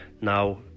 Now